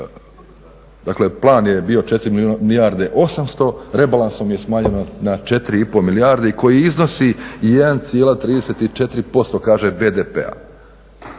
dakle plan je bio 4 milijarde 800, rebalansom je smanjeno na 4,5 milijarde i koji iznosi i 1,34% kaže BDP-a.